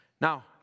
Now